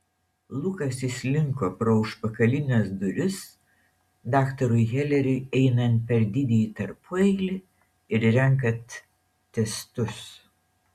lukas įslinko pro užpakalines duris daktarui heleriui einant per didįjį tarpueilį ir renkant testus